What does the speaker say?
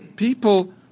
People